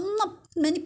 !huh!